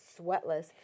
sweatless